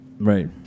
Right